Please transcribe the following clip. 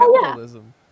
capitalism